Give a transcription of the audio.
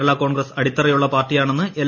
കേരള കോൺഗ്രസ്സ് അടിത്തറയുള്ള പാർട്ടിയാണെന്ന് എൽ